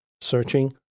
searching